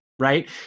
Right